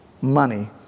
money